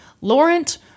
Laurent